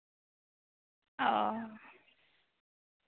ᱚ